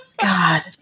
god